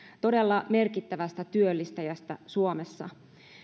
todella merkittävästä työllistäjästä suomessa